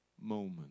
moment